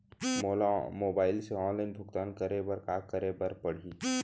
मोला मोबाइल से ऑनलाइन भुगतान करे बर का करे बर पड़ही?